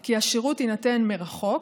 כי השירות יינתן מרחוק,